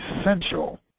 essential